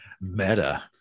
Meta